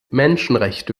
menschenrechte